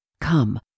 Come